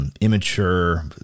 immature